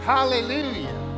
Hallelujah